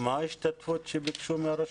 מה ההשתתפות שביקשו מהרשויות?